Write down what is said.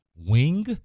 wing